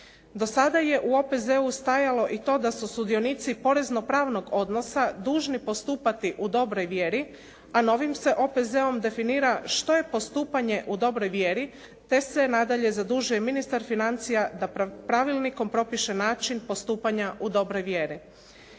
Do sada je u OPZ-u stajalo i to da su sudionici obvezno pravnog odnosa dužni postupati u dobroj vjeri a novim se OPZ-om definira što je postupanje u dobroj mjeri te se nadalje zadužuje ministar financija da pravilnikom propiše način postupanja u dobroj vjeri.